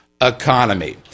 economy